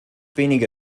wenige